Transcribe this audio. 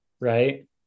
Right